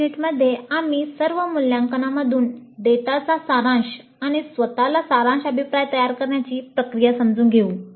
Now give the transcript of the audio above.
पुढील युनिटमध्ये आम्ही सर्व मूल्यांकनांमधून डेटाचा सारांश आणि स्वत ला सारांश अभिप्राय तयार करण्याची प्रक्रिया समजून घेऊ